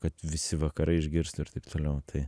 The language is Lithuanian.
kad visi vakarai išgirstų ir taip toliau tai